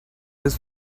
his